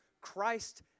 Christ